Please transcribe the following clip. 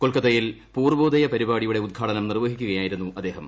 കൊൽക്കത്തയിൽ പൂർവോദയ പരിപാടിയുടെ ഉദ്ഘാടനം നിർവഹിക്കുകയായിരുന്നു അദ്ദേഹം